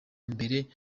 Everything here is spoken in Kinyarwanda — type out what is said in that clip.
mbere